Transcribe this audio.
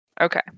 Okay